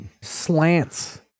slants